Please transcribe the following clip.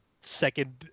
second